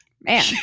Man